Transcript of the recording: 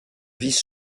vice